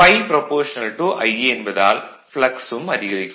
∅ Ia என்பதால் ∅ ம் அதிகரிக்கும்